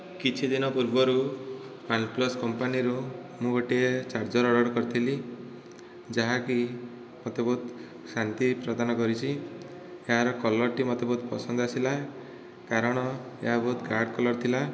କିଛି ଦିନ ପୂର୍ବରୁ ଓ୍ୱାନପ୍ଲସ କମ୍ପାନୀ ରୁ ମୁଁ ଗୋଟିଏ ଚାର୍ଜର ଅର୍ଡର କରିଥିଲି ଯାହାକି ମୋତେ ବହୁତ ଶାନ୍ତି ପ୍ରଦାନ କରିଛି ଏହାର କଲରଟି ମତେ ବହୁତ ପସନ୍ଦ ଆସିଲା କାରଣ ଏହା ବହୁତ ଗାଢ଼ କଲର ଥିଲା